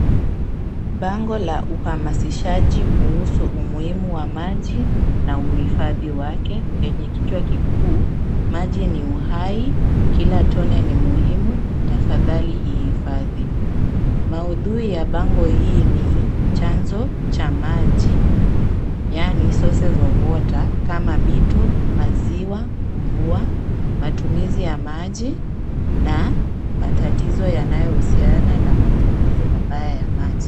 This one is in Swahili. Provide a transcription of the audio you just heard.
Bango la uhamasishaji kuhusu umuhimu wa maji na uhifadhi wake, lenye kichwa kikuu Maji ni uhai, kila tone ni muhimu, tafadhali ihifadhi. Maudhui ya bango hili ni chanzo cha maji yani sources of water kama mito, maziwa, mvua, matumizi ya maji na matatizo yanayohusiana na matumizi mabaya ya maji.